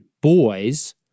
boys